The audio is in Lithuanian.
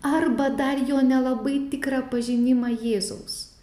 arba dar jo nelabai tikrą pažinimą jėzaus